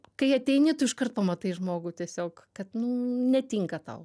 kai ateini tu iškart pamatai žmogų tiesiog kad nu netinka tau